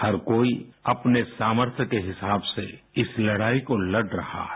हर कोई अपने सामर्थ्य के हिसाब से इस लड़ाई को लड़ रहा है